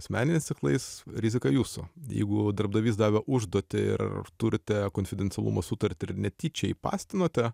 asmeniniais tikslais rizika jūsų jeigu darbdavys davė užduotį ir turte konfidencialumo sutartį ir netyčia įpastinote